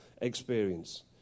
experience